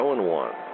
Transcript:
0-1